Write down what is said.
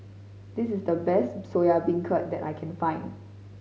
this is the best Soya Beancurd that I can find